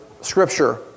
scripture